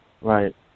Right